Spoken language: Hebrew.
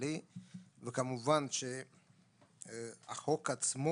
גאווה בגלל שבמשך שעות היום יהיה קצת רועש?